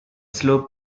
slope